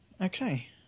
Okay